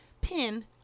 pin